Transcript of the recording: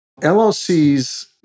LLCs